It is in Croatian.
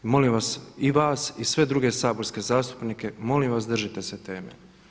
Molim vas i vas i sve druge saborske zastupnike, molim vas držite se teme.